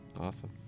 awesome